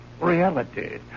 reality